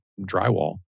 drywall